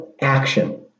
Action